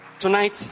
Tonight